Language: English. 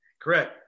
correct